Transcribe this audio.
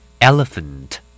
Elephant